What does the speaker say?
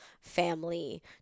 family